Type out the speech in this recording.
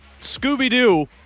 Scooby-Doo